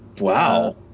Wow